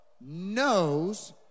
knows